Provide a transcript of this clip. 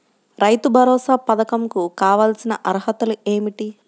రైతు భరోసా పధకం కు కావాల్సిన అర్హతలు ఏమిటి?